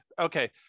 okay